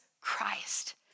Christ